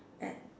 at